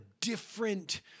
different